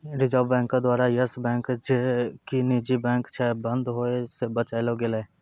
reserve बैंको द्वारा Yes Bank जे कि निजी बैंक छै, बंद होय से बचैलो गेलै